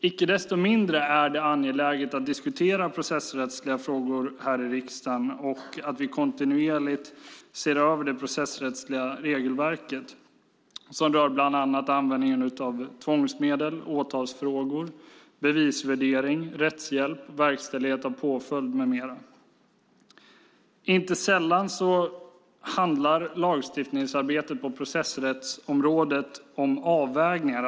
Icke desto mindre är det angeläget att diskutera processrättsliga frågor här i riksdagen och att vi kontinuerligt ser över det processrättsliga regelverket som bland annat rör användningen av tvångsmedel, åtalsfrågor, bevisvärdering, rättshjälp, verkställighet av påföljd med mera. Inte sällan handlar lagstiftningsarbetet på processrättsområdet om avvägningar.